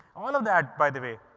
all of that, by the way,